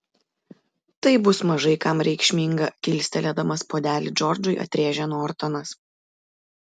tai bus mažai kam reikšminga kilstelėdamas puodelį džordžui atrėžė nortonas